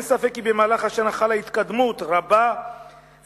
אין ספק כי במהלך השנה חלה התקדמות רבה ומשמעותית